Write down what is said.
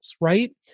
right